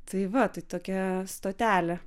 tai va tai tokia stotelė